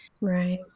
Right